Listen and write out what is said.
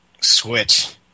switch